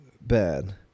bad